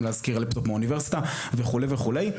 להשכיר לפטופ מהאוניברסיטה וכו' וכו'.